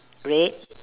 red